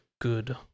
good